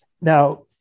Now